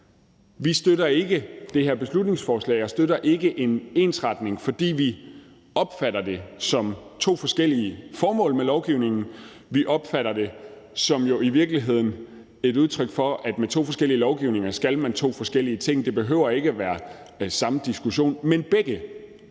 støtter det her beslutningsforslag og ikke støtter en ensretning, for vi opfatter det sådan, at der er to forskellige formål med de to lovgivninger. Vi opfatter det i virkeligheden som et udtryk for, at man med to forskellige lovgivninger skal to forskellige ting. Det behøver ikke at være samme diskussion. Men begge